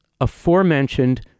aforementioned